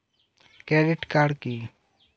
Credit card কি?